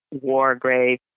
Wargrave